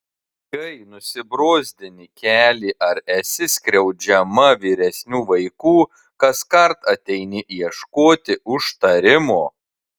kai nusibrozdini kelį ar esi skriaudžiama vyresnių vaikų kaskart ateini ieškoti užtarimo